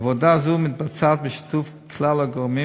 עבודה זו מתבצעת בשיתוף כלל הגורמים